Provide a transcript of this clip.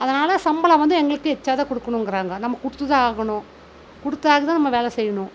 அதனால் சம்பளம் வந்து எங்களுக்கு எக்ஸ்ட்ரா தான் கொடுக்குனுங்கிறாங்க நம்ம கொடுத்துதான் ஆகணும் கொடுத்தாதான் நம்ம வேலை செய்யணும்